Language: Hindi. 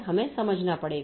हमें समझना पड़ेगा